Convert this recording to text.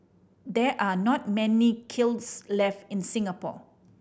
there are not many kilns left in Singapore